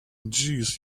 jeez